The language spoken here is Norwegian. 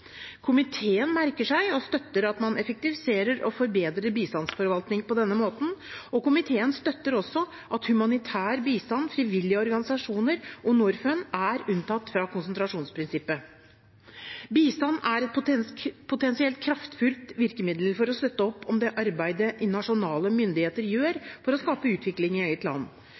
Komiteen merker seg – og støtter – at man effektiviserer og forbedrer bistandsforvaltningen på denne måten. Komiteen støtter også at humanitær bistand, frivillige organisasjoner og Norfund er unntatt fra konsentrasjonsprinsippet. Bistand er potensielt et kraftfullt virkemiddel for å støtte opp om det arbeidet nasjonale myndigheter gjør for å skape utvikling i eget land.